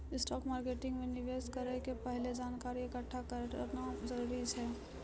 stock मार्केटो मे निवेश करै से पहिले जानकारी एकठ्ठा करना जरूरी छै